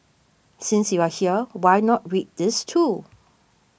since you are here why not read these too